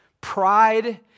pride